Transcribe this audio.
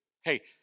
Hey